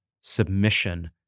submission